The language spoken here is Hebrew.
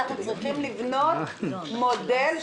אנחנו צריכים לבנות מודל,